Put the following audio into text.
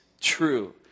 true